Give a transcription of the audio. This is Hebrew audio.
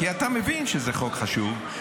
כי אתה מבין שזה חוק חשוב,